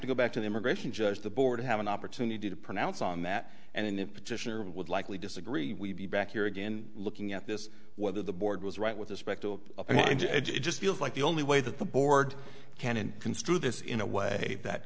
to go back to the immigration judge the board have an opportunity to pronounce on that and if petitioner would likely disagree we'd be back here again looking at this whether the board was right with respect to educate just feels like the only way that the board can and construe this in a way that